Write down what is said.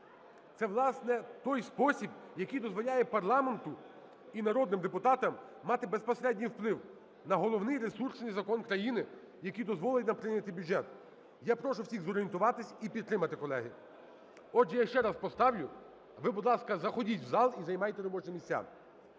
Це, власне, той спосіб, який дозволяє парламенту і народним депутатам мати безпосередній вплив на головний ресурсний закон країни, який дозволить нам прийняти бюджет. Я прошу всіх зорієнтуватись і підтримати, колеги. Отже, я ще раз поставлю. Ви, будь ласка, заходіть в зал і займайте робочі місця.